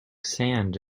sand